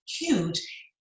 huge